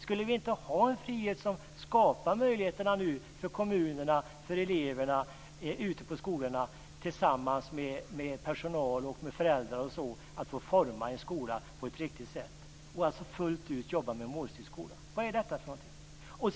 Skulle vi inte ha en frihet som skapar möjligheter för kommunerna, för eleverna ute på skolorna att tillsammans med personal, föräldrar och andra få forma en skola på ett riktigt sätt och alltså fullt ut jobba med målstyrd skola? Vad är detta?